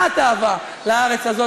מעט אהבה לארץ הזאת.